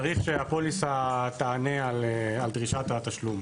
צריך שהפוליסה תענה על דרישת התשלום.